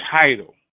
title